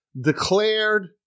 declared